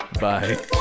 Bye